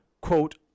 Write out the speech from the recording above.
quote